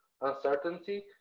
uncertainty